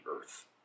earth